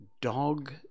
Dog